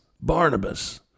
Barnabas